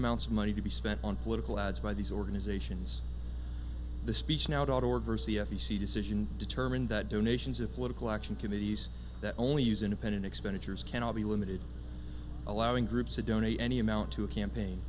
amounts of money to be spent on political ads by these organizations the speech now taught or verse the f e c decision determined that donations of political action committees that only use independent expenditures can all be limited allowing groups to donate any amount to a campaign